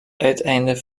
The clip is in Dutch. uiteinde